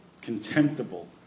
contemptible